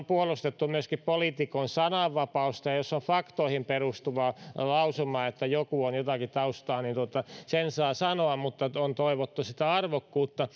puolustaneet myöskin poliitikon sananvapautta jos on faktoihin perustuva lausuma että joku on jotakin taustaa niin sen saa sanoa mutta on toivottu sitä arvokkuutta